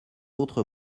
autre